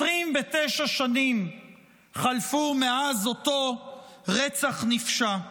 29 שנים חלפו מאז אותו רצח נפשע.